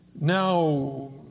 now